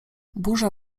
burza